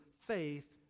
faith